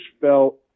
felt